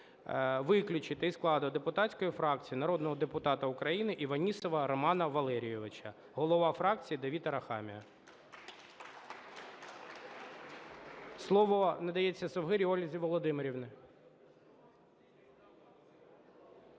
виключити зі складу депутатської фракції народного депутата Іванісова Романа Валерійовича. Голова фракції Давид Арахамія". Слово надається Совгирі Ользі Володимирівні